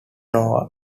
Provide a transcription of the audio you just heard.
nova